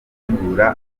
ugutegura